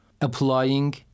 applying